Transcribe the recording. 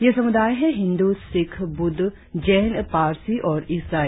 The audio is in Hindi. ये समुदाय है हिंदू सिख बुद्ध जैन पारसी और ईसाई